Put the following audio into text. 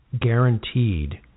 guaranteed